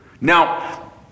Now